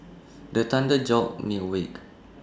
the thunder jolt me awake